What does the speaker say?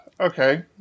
Okay